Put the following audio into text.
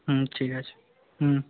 হুম ঠিক আছে হুম